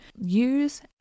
Use